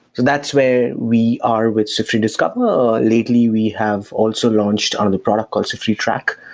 and that's where we are with siftery discover. lately, we have also launched on the product ah siftery track.